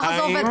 ככה זה עובד.